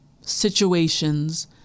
situations